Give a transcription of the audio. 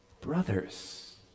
brothers